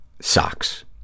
Socks